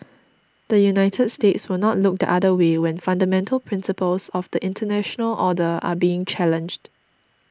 the United States will not look the other way when fundamental principles of the international order are being challenged